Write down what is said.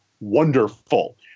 wonderful